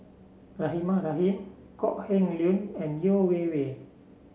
Rahimah Rahim Kok Heng Leun and Yeo Wei Wei